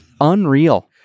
Unreal